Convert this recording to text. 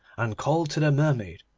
and called to the mermaid,